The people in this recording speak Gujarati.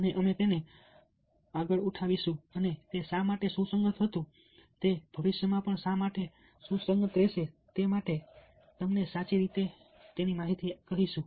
અને અમે તેને ઉઠાવીશું અને તે શા માટે સુસંગત હતું અને તે ભવિષ્યમાં પણ શા માટે સુસંગત રહેશે તે અમે તમને સાચી રીતે કહીશું